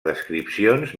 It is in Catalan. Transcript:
descripcions